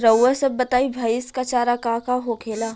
रउआ सभ बताई भईस क चारा का का होखेला?